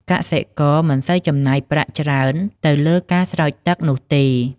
កសិករមិនសូវចំណាយប្រាក់ច្រើនទៅលើការស្រោចទឹកនោះទេ។